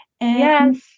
yes